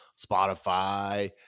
spotify